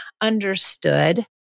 understood